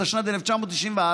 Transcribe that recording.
התשנ"ד 1994,